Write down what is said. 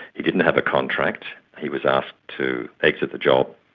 he didn't have a contract, he was asked to exit the job,